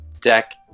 deck